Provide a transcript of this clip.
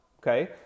okay